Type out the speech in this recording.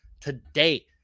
today